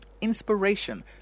Inspiration